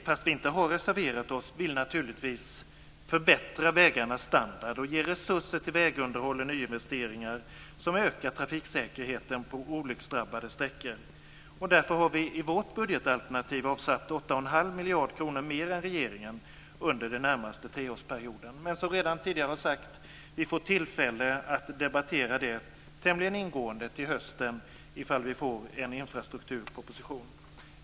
Fast vi inte har reserverat oss vill även vi naturligtvis förbättra vägarnas standard, ge resurser till vägunderhåll och nyinvesteringar som ökar trafiksäkerheten på olycksdrabbade sträckor. Därför har vi i vårt budgetalternativ avsatt 8 1⁄2 miljarder kronor mer än regeringen under den närmaste treårsperioden. Men som jag redan tidigare har sagt får vi tillfälle att debattera detta tämligen ingående om en infrastrukturproposition läggs fram till hösten.